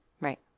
Right